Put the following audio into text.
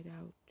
out